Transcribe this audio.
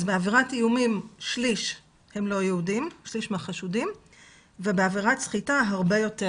אז בעבירת איומים שליש מהחשודים הם לא יהודים ובעבירת סחיטה הרבה יותר.